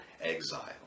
exile